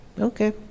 Okay